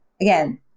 again